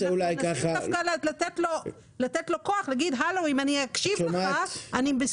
בסדר, את זה אנחנו מקבלים.